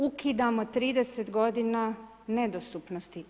Ukidamo 30 godina nedostupnosti.